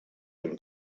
him